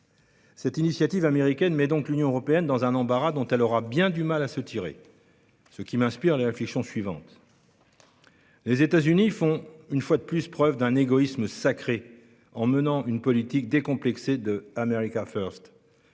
Cette initiative américaine met donc l'Union européenne dans un embarras dont elle aura bien du mal à se tirer, ce qui m'inspire les réflexions suivantes. Les États-Unis font, une fois de plus, preuve d'un égoïsme sacré en menant une politique décomplexée d', qui ne tient